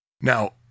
Now